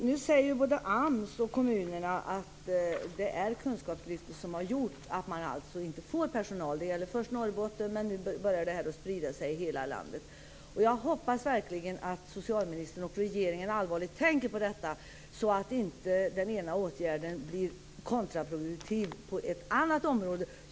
Fru talman! Nu säger AMS och kommunerna att det är kunskapslyftet som har gjort att det inte finns personal. Det gällde först Norrbotten, men nu har det börjat att sprida sig över landet. Jag hoppas verkligen att socialministern och regeringen allvarligt tänker på detta så att inte den ena åtgärden blir kontraproduktiv på något annat område.